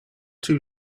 two